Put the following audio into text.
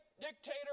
dictator